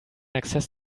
access